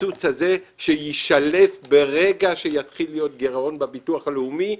הקיצוץ הזה שיישלף ברגע שיתחיל להיות גירעון בביטוח הלאומי.